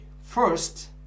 First